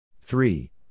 Three